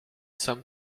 some